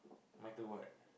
Micheal what